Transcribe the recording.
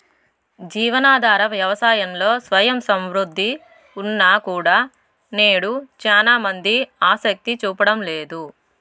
జీవనాధార వ్యవసాయంలో స్వయం సమృద్ధి ఉన్నా కూడా నేడు చానా మంది ఆసక్తి చూపడం లేదు